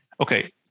Okay